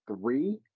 three